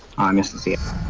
um instance if